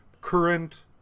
current